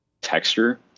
texture